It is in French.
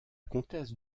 comtesse